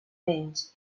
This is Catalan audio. menys